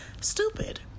stupid